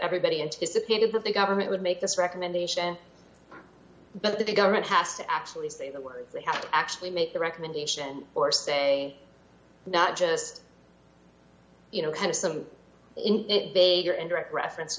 everybody anticipated that the government would make this recommendation but that the government has to actually say the words they have to actually make the recommendation or say not just you know kind of some big or indirect reference